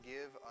Give